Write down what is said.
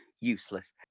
useless